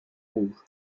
rouge